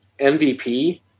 MVP